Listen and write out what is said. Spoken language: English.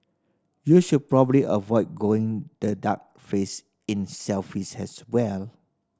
you should probably avoid going the duck face in selfies as well